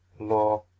law